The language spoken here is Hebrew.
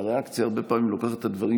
והריאקציה הרבה פעמים לוקחת את הדברים